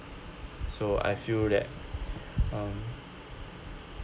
so I feel that um